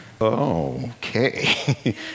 okay